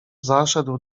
zaszedł